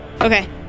Okay